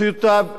זכויותיו לעבודה,